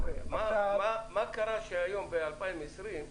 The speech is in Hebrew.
מה קרה היום, ב-2020,